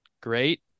great